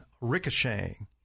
ricocheting